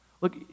Look